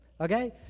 Okay